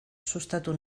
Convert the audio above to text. sustatu